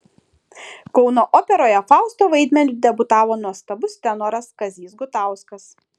kauno operoje fausto vaidmeniu debiutavo nuostabus tenoras kazys gutauskas